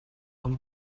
els